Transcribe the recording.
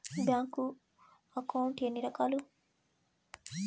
bank account ఎన్ని రకాలు